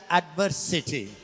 adversity